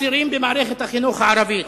חסרים במערכת החינוך הערבית.